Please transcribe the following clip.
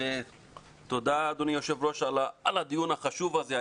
אדוני היושב-ראש, על הדיון החשוב הזה.